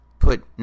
put